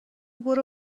برو